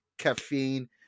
caffeine